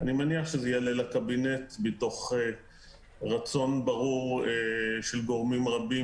אני מניח שזה יעלה לקבינט מתוך רצון ברור של גורמים רבים,